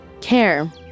Care